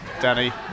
Danny